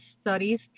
studies